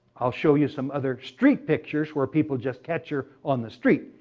i'll show you some other street pictures where people just catch her on the street.